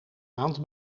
maand